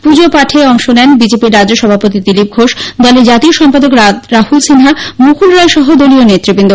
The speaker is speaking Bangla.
পুজোপাঠে অংশ নেন বিজেপির রাজ্যসভাপতি দিলীপ ঘোষ দলের জাতীয় সম্পাদক রাহুল সিনহা মুকুল রায় সহ দলীয় নেতৃবন্দ